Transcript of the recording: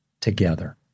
together